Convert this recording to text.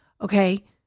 Okay